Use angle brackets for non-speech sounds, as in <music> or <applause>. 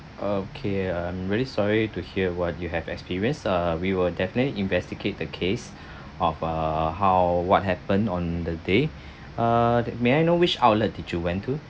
okay I'm very sorry to hear what you have experienced uh we will definitely investigate the case <breath> of uh how what happened on the day err may I know which outlet did you went to